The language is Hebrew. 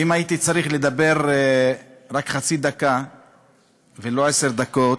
אם הייתי צריך לדבר רק חצי דקה ולא עשר דקות,